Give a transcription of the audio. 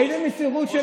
איזו מסירות.